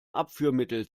abführmittel